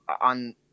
on